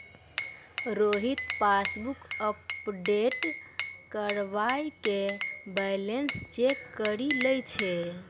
Rohit passbook update करबाय के balance check करि लै छै